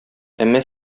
әмма